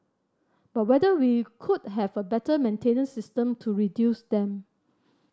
but whether we could have a better maintenance system to reduce them